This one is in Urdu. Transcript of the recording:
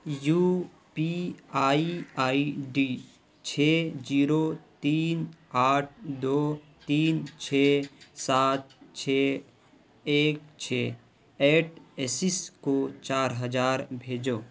you P I I D چھ جیرو تین آٹھ دو تین چھ سات چھ ایک چھ ایٹ ایسس کو چار ہزار بھیجو